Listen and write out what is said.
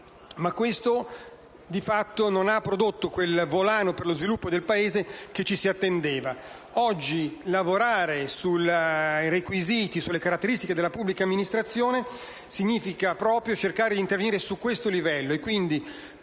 Stato. Ciò non ha prodotto, però, quel volano per lo sviluppo del Paese che ci si attendeva. Oggi lavorare sui requisiti e sulle caratteristiche della pubblica amministrazione significa proprio cercare di intervenire su questo livello